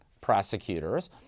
prosecutors